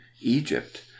Egypt